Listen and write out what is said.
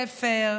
לאלימות בבתי ספר.